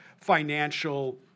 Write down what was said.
financial